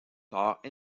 tard